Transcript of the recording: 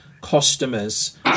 customers